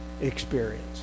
experience